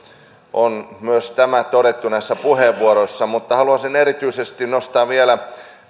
on myös todettu näissä puheenvuoroissa mutta haluaisin erityisesti nostaa vielä